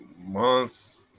months